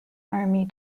army